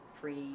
free